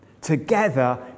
together